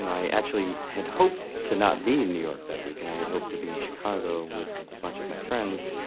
i actually had hoped to not be in new york that weekend. i had hoped to be in chicago with a bunch of my friends.